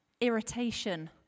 irritation